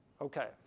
Okay